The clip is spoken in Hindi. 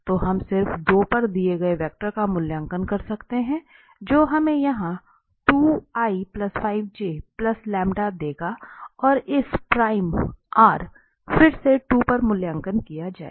तो हम सिर्फ 2 पर दिए गए वेक्टर का मूल्यांकन कर सकते हैं जो हमें यहां प्लस देगा और इस प्राइम फिर से 2 पर मूल्यांकन किया जाएगा